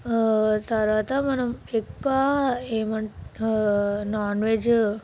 తరువాత మనం ఎక్కువ ఎమౌంట్ నాన్వెజు